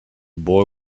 boy